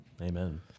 amen